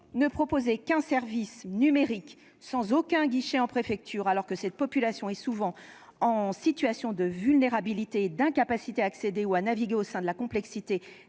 ne proposer qu'un service numérique, sans aucun guichet en préfecture, à une population souvent en situation de vulnérabilité et d'incapacité à accéder au numérique ou à naviguer au sein de la complexité